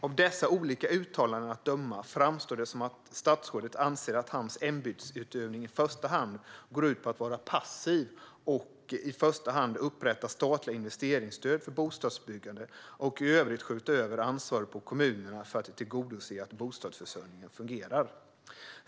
Av dessa olika uttalanden att döma framstår det som att statsrådet anser att hans ämbetsutövning i första hand går ut på att vara passiv och att upprätta statliga investeringsstöd för bostadsbyggande och i övrigt skjuta över ansvaret på kommunerna för att tillgodose att bostadsförsörjningen fungerar.